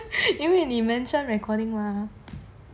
是因为你 mention recording mah